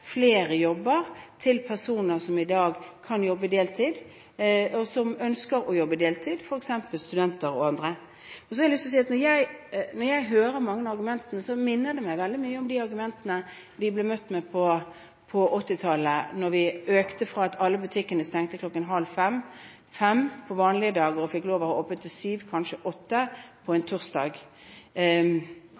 flere jobber til personer som i dag kan jobbe deltid, og som ønsker å jobbe deltid, f.eks. studenter og andre. Når jeg hører mange av argumentene, minner de meg veldig mye om de argumentene vi ble møtt med på 1980- tallet, da vi utvidet åpningstidene, fra det at alle butikkene stengte kl. 16.30/17.00 på vanlige dager, og til at de fikk lov til å ha åpent til kl. 19 – kanskje til kl. 20 – på torsdager. Dette var også da en